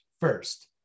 first